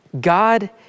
God